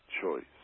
choice